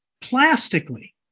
plastically